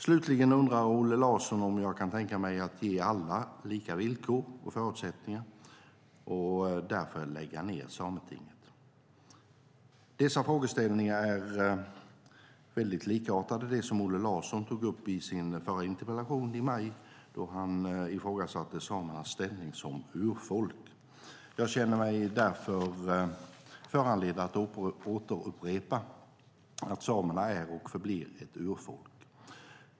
Slutligen undrar Olle Larsson om jag kan tänka mig att ge alla lika villkor och förutsättningar och därför lägga ned Sametinget. Dessa frågeställningar är väldigt likartade dem som Olle Larsson tog upp i sin förra interpellation i maj då han ifrågasatte samernas ställning som urfolk. Jag känner mig därför föranledd att upprepa att samerna är och förblir ett urfolk.